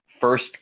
first